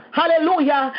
hallelujah